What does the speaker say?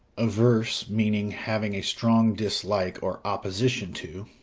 averse meaning having a strong dislike or opposition to,